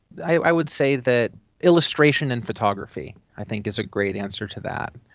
i would say that illustration and photography i think is a great answer to that.